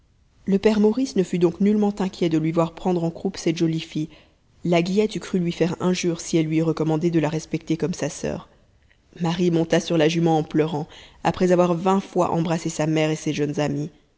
le père maurice ne fut donc nullement inquiet de lui voir prendre en croupe cette jolie fille la guillette eût cru lui faire injure si elle lui eût recommandé de la respecter comme sa sur marie monta sur la jument en pleurant après avoir vingt fois embrassé sa mère et ses jeunes amies